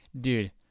dude